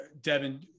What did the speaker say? Devin